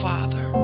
Father